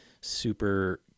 super